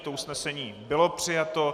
To usnesení bylo přijato.